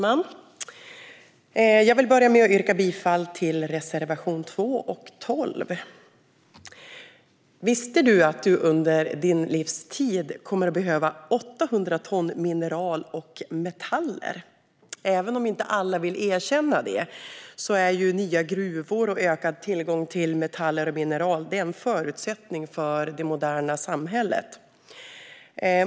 Herr talman! Jag yrkar bifall till reservation 2 och 12. Visste du att du under din livstid kommer att behöva 800 ton mineraler och metaller? Även om inte alla vill erkänna det är nya gruvor och ökad tillgång till metaller och mineraler en förutsättning för det moderna samhället.